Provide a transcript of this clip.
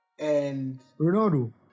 Ronaldo